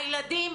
הילדים,